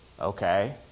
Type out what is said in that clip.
Okay